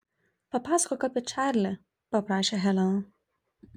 papasakok apie čarlį paprašė helena